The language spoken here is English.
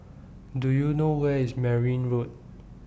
Do YOU know Where IS Merryn Road